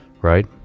Right